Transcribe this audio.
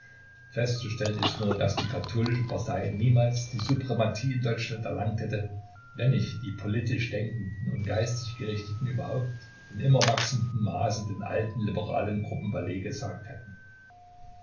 festzustellen ist nur daß die katholische partei niemals die suprematie in deutschland erlangt hätte wenn nicht die politisch denkenden und geistig gerichteten überhaupt in immer wachsendem maße den alten liberalen gruppen valet gesagt hätten